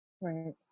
Right